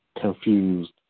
confused